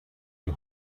you